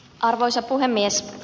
arvoisa puhemies